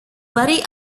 worry